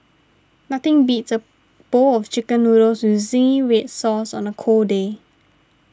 nothing beats a bowl of Chicken Noodles with Zingy Red Sauce on a cold day